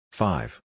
Five